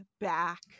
back